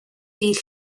dydd